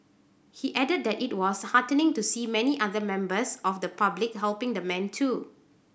he added that it was heartening to see many other members of the public helping the man too